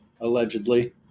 allegedly